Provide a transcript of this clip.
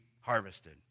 harvested